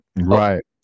right